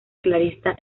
clarisas